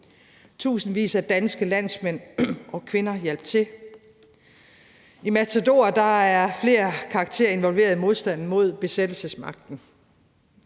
Tusindvis af danske landsmænd og -kvinder hjalp til. I Matador er flere af karaktererne involveret i modstand mod besættelsesmagten.